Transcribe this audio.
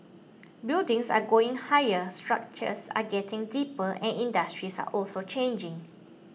buildings are going higher structures are getting deeper and industries are also changing